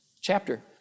chapter